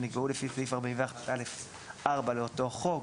שנקבעו לפי סעיף 41(א)(4) לאותו חוק".